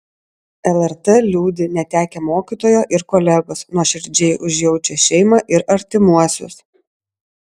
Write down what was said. lrt liūdi netekę mokytojo ir kolegos nuoširdžiai užjaučia šeimą ir artimuosius